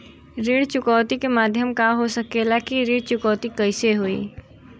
ऋण चुकौती के माध्यम का हो सकेला कि ऋण चुकौती कईसे होई?